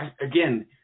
again